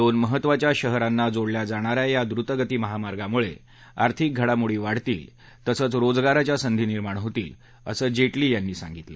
दोन महत्वाच्या शहरांना जोडल्या जाणा या या द्रुतगती महामार्गामुळे आर्थिक घडामोडी वाढतील तसंच रोजगाराच्या संधी निर्माण होतील असं जे मी यांनी सांगितलं